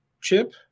chip